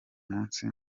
munsi